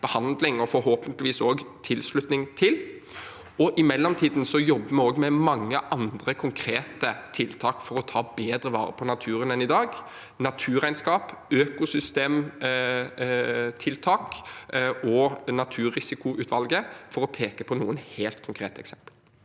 behandling av den og forhåpentligvis også få tilslutning til den. I mellomtiden jobber vi med mange andre konkrete tiltak også for å ta bedre vare på naturen enn i dag: naturregnskap, økosystemtiltak og naturrisikoutvalget, for å peke på noen helt konkrete eksempler.